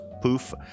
poof